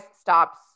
stops